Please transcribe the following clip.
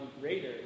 greater